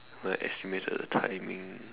then I estimated the timing